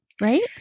right